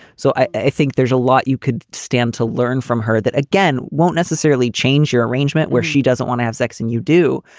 so i think there's a lot you could stand to learn from her that, again, won't necessarily change your arrangement where she doesn't want to have sex and you do.